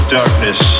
darkness